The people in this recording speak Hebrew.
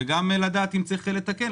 וגם לדעת אם צריך לתקן,